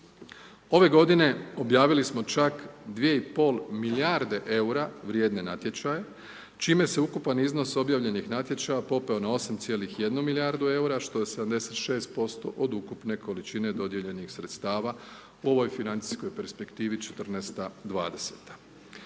Ove godine objavili smo čak 2,5 milijarde eura vrijedne natječaje čime se ukupan iznos objavljenih natječaja popeo na 8,1 milijardu eura što je 76% od ukupne količine dodijeljenih sredstava u ovoj financijskoj perspektivi